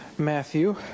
Matthew